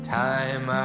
time